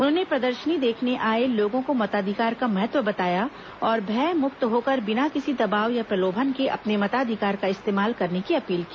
उन्होंने प्रदर्शनी देखने आए लोगों को मताधिकार का महत्व बताया और भय मुक्त होकर बिना किसी दबाव या प्रलोभन के अपने मताधिकार का इस्तेमाल करने की अपील की